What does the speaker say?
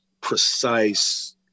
precise